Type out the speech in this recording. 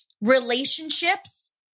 relationships